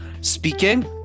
speaking